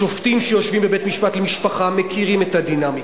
השופטים שיושבים בבית-משפט למשפחה מכירים את הדינמיקה.